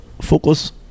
focus